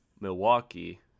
Milwaukee